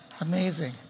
Amazing